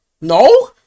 No